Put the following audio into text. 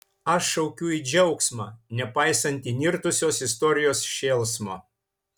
aš šaukiu į džiaugsmą nepaisant įnirtusios istorijos šėlsmo